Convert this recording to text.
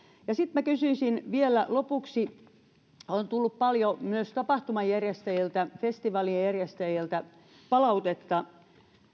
ja sitten minä kysyisin vielä lopuksi koska meillä on ministeri kulmuni paikalla kun tullut paljon myös tapahtumajärjestäjiltä festivaalijärjestäjiltä palautetta